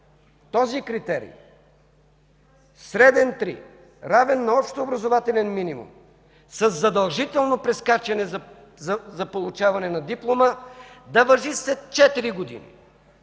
този критерий – „среден 3”, равен на общообразователен минимум, със задължително прескачане за получаване на диплома, да важи след четири